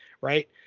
Right